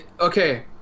Okay